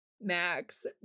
Max